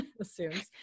assumes